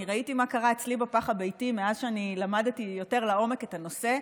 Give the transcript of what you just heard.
אני ראיתי מה קרה אצלי בפח הביתי מאז שאני למדתי יותר לעומק את הנושא.